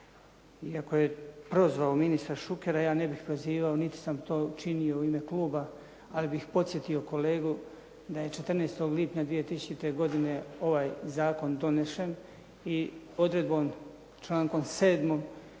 Iako je prozvao ministra Šukera, ja ne bih prozivao, niti sam to činio u ime kluba, ali bih podsjetio kolegu da je 14. lipnja 2000. godine ovaj zakon donesen. I odredbom člankom 7.